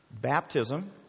Baptism